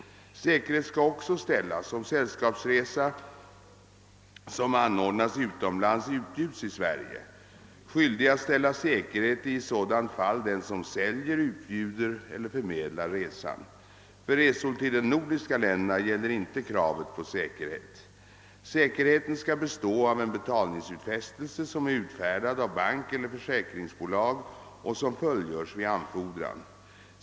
Säkerhet skall också ställas, om sällskapsresa som anordnas utomlands utbjuds i Sverige. Skyldig att ställa säkerheten är i sådant fall den som säljer, utbjuder eller förmedlar resan. För resor till de nordiska länderna gäller inte kravet på säkerhet. Säkerheten skall bestå av en betalningsutfästelse, som är utfärdad av bank eller försäkringsbolag och som fullgörs vid anfordran.